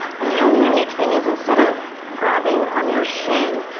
and the only unique thing is instead of grabbing on your shin,